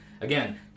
again